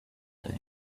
time